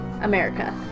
america